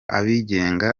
abigenga